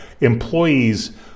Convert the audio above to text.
employees